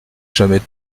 jamais